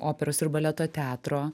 operos ir baleto teatro